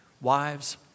Wives